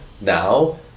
now